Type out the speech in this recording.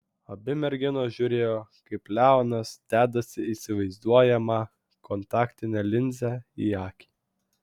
abi merginos žiūrėjo kaip leonas dedasi įsivaizduojamą kontaktinę linzę į akį